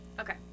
Okay